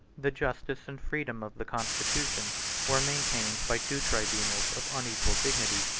the justice and freedom of the constitution were maintained by two tribunals of unequal dignity,